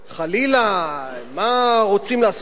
חלילה, מה רוצים לעשות כאן?